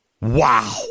Wow